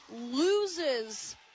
loses